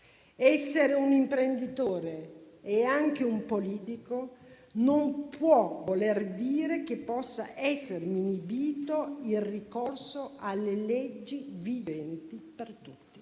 Essere un imprenditore e anche un politico non può voler dire che possa essere inibito il ricorso alle leggi vigenti per tutti: